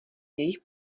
jejich